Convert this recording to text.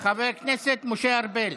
של חבר הכנסת משה ארבל.